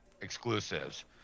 exclusives